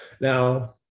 Now